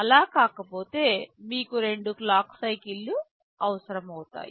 అలా కాకపోతే మీకు 2 క్లాక్ సైకిళ్ళు అవసరం అవుతాయి